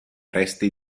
resti